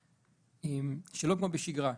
שלא כמו בשגרה,